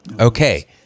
Okay